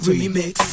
Remix